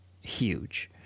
huge